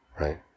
Right